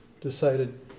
decided